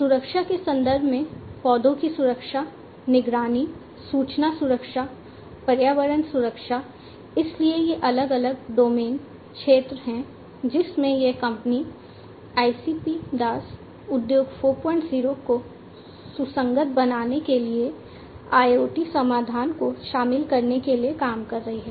सुरक्षा के संदर्भ में पौधों की सुरक्षा निगरानी सूचना सुरक्षा पर्यावरण सुरक्षा इसलिए ये अलग अलग डोमेन क्षेत्र हैं जिसमें यह कंपनी ICP DAS उद्योग 40 को सुसंगत बनाने के लिए IoT समाधान को शामिल करने के लिए काम कर रही है